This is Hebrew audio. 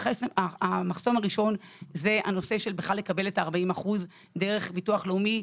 המחסום הראשון הוא לקבל 40% דרך ביטוח לאומי.